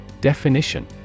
Definition